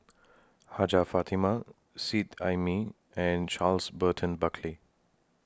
Hajjah Fatimah Seet Ai Mee and Charles Burton Buckley